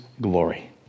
glory